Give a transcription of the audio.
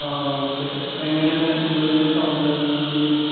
ആ ഓക്കെ എങ്ങനെയാണ് ഉള്ളത് എന്ന് സൗണ്ട് അങ്ങനെ എന്തെങ്കിലും